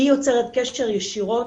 היא יוצרת קשר ישירות